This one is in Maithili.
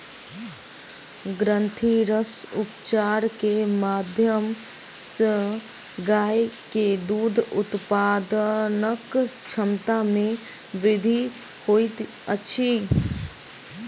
ग्रंथिरस उपचार के माध्यम सॅ गाय के दूध उत्पादनक क्षमता में वृद्धि होइत अछि